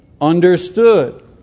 understood